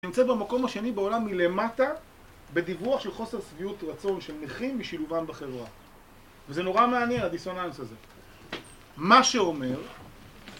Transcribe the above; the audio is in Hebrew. נמצאת במקום השני בעולם מלמטה בדיווח של חוסר שביעות רצון של נכים משילובם בחברה. וזה נורא מעניין, הדיסונאנס הזה. מה שאומר...